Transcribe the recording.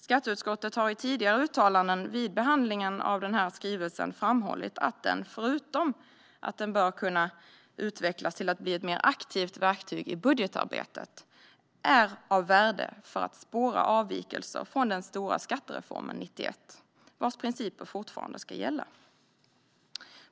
Skatteutskottet har i tidigare uttalanden vid behandlingen av denna skrivelse framhållit att den, förutom att den bör kunna utvecklas till att bli ett mer aktivt verktyg i budgetarbetet, är av värde för att spåra avvikelser från den stora skattereformen 1991, vars principer fortfarande ska gälla.